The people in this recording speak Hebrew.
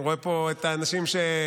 אני רואה פה את האנשים שמחייכים.